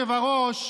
אדוני היושב-ראש,